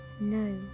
No